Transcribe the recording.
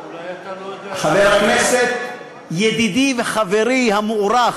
אולי אתה לא יודע, חבר הכנסת ידידי וחברי המוערך,